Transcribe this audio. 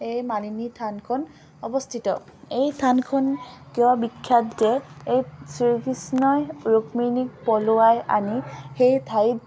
এই মালিনী থানখন অৱস্থিত এই থানখন কিয় বিখ্যাত যে এই শ্ৰীকৃষ্ণই ৰুক্মিণীক পলোৱাই আনি সেই ঠাইত